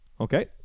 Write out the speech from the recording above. Okay